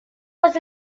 was